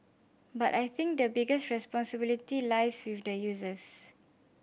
but I think the biggest responsibility lies with the users